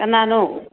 ꯀꯅꯥꯅꯣ